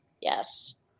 Yes